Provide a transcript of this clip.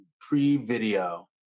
pre-video